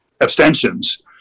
abstentions